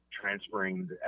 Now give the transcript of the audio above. transferring